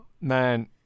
Man